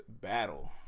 battle